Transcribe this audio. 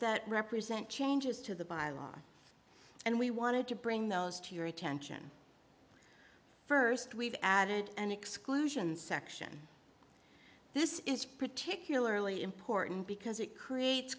that represent changes to the bylaws and we wanted to bring those to your attention first we've added an exclusion section this is particularly important because it creates